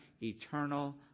eternal